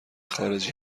خارجی